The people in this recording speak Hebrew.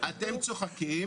אני חושב שבמרבית בתי